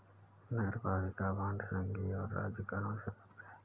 नगरपालिका बांड संघीय और राज्य करों से मुक्त हैं